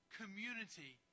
community